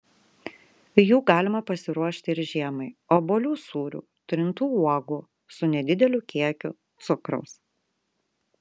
jų galima pasiruošti ir žiemai obuolių sūrių trintų uogų su nedideliu kiekiu cukraus